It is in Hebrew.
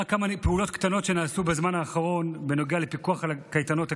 רק כמה פעולות קטנות שנעשו בזמן האחרון: בנוגע לפיקוח על קייטנות הקיץ,